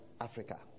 Africa